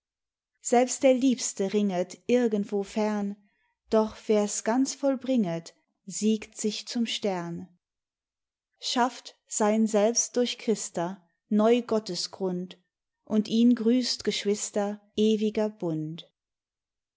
selbst der liebste ringet irgendwo fern doch wer's ganz vollbringet siegt sich zum stern schafft sein selbst durchchrister neugottesgrund und ihn grüßt geschwister ewiger bund